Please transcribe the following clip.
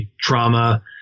trauma